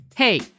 Hey